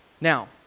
Now